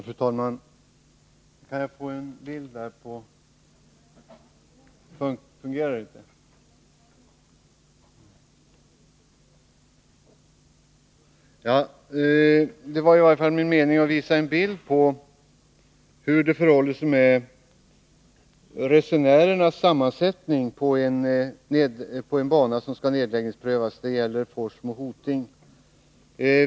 Fru talman! Det var min mening att på skärmen här i kammaren visa en bild av hur resenärunderlaget är sammansatt på en viss bana som skall nedläggningsprövas. Det gäller banan Forsmo-Hoting.